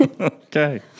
Okay